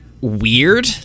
weird